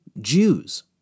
Jews